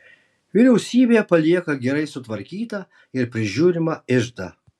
vyriausybė palieka gerai sutvarkytą ir prižiūrimą iždą